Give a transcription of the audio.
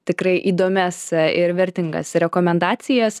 tikrai įdomias ir vertingas rekomendacijas